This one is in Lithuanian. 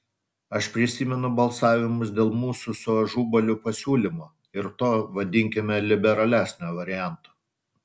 aš prisimenu balsavimus dėl mūsų su ažubaliu pasiūlymo ir to vadinkime liberalesnio varianto